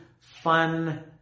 fun